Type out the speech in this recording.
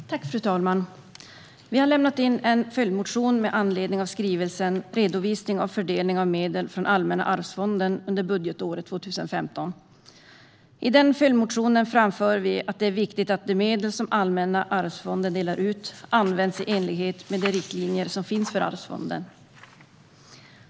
Redovisning av fördel-ning av medel från Allmänna arvsfonden under budgetåret 2015 Fru talman! Vi har lämnat in en följdmotion med anledning av skrivelsen Redovisning av fördelning av medel från Allmänna arvsfonden under budgetåret 2015 . I den följdmotionen framför vi att det är viktigt att de medel som Allmänna arvsfonden delar ut används i enlighet med de riktlinjer som finns för arvsfonden.